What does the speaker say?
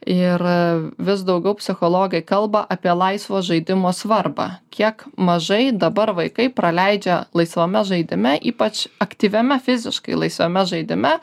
ir vis daugiau psichologai kalba apie laisvo žaidimo svarbą kiek mažai dabar vaikai praleidžia laisvame žaidime ypač aktyviame fiziškai laisvame žaidime